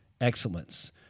Excellence